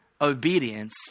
obedience